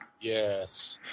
Yes